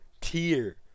tier